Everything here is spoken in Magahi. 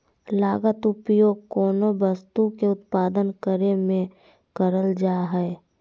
लागत उपयोग कोनो वस्तु के उत्पादन करे में करल जा हइ